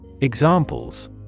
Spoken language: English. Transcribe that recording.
Examples